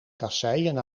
kasseien